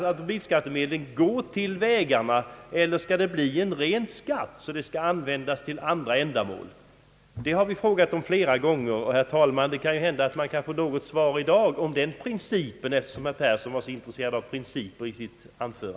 Skall bilskattemedlen gå till vägarna eller bli en ren skatt som skall användas även till andra ändamål? Herr talman! Vi kanske kan få något svar på den frågan i dag eftersom herr Persson var så intresserad av principer.